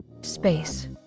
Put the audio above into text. Space